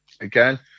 Again